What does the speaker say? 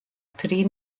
tri